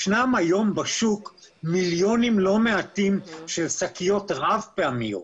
יש היום בשוק מיליונים לא מעטים של שקיות רב-פעמיות.